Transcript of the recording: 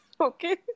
Okay